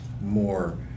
more